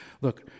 Look